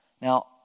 Now